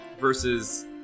versus